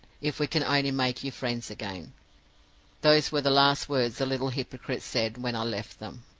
if we can only make you friends again those were the last words the little hypocrite said, when i left them.